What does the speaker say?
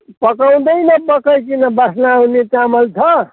पकाउँदै नपकाइकन बास्ना आउने चामल छ